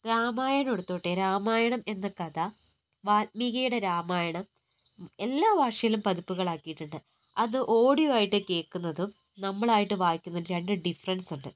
രാമായണം എടുത്തോട്ടെ രാമായണം എന്ന കഥ വാത്മീകിയുടെ രാമായണം എല്ലാ ഭാഷയിലും പതിപ്പുകൾ ആക്കിയിട്ടുണ്ട് അത് ഓഡിയോ ആയിട്ട് കേൾക്കുന്നതും നമ്മളായിട്ട് വായിക്കുന്നതും രണ്ടും ഡിഫ്ഫറെൻസ് ഉണ്ട്